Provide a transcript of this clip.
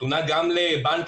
נתונה גם לבנקים.